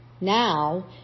now